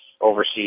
overseas